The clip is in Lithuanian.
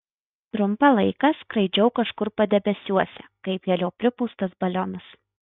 trumpą laiką skraidžiau kažkur padebesiuose kaip helio pripūstas balionas